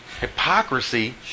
hypocrisy